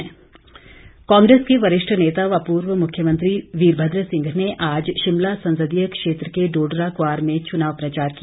कांग्रेस प्रचार कांग्रेस के वरिष्ठ नेता व पूर्व मुख्यमंत्री वीरभद्र सिंह ने आज शिमला संसदीय क्षेत्र के डोडरा क्वार में चुनाव प्रचार किया